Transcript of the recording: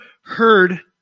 heard